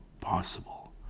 possible